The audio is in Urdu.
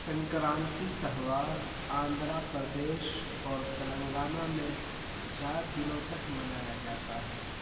سنکرانتی تہوار آندھرا پردیش اور تلنگانہ میں چار دنوں تک منایا جاتا ہے